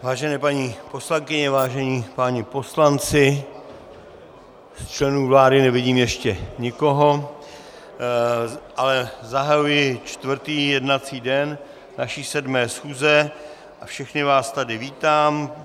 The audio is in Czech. Vážené paní poslankyně, vážení páni poslanci, z členů vlády nevidím ještě nikoho, ale zahajuji čtvrtý jednací den naší 7. schůze a všechny vás tady vítám.